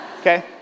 Okay